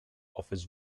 offers